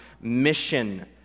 mission